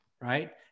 right